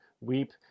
Weep